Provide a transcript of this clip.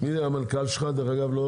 מי המנכ"ל שלך, דרך אגב?